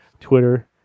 Twitter